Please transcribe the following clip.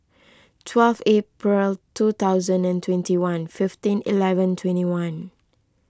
twelve April two thousand and twenty one fifteen eleven twenty one